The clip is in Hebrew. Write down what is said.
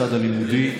הצד הלימודי,